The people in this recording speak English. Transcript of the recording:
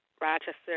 Rochester